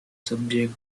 subject